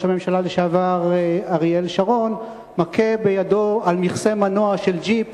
הממשלה לשעבר אריאל שרון מכה בידו על מכסה מנוע של ג'יפ